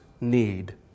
need